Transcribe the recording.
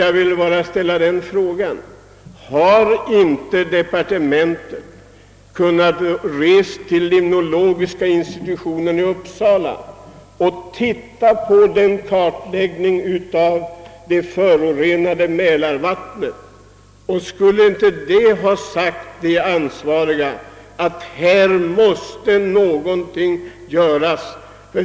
Jag vill ställa frågan: Hade inte departementet kunnat resa till limnologiska institutionen i Uppsala och titta på dess kartläggning av föroreningarna i mälarvattnet? Skulle inte det ha sagt de ansvariga att någonting måste göras?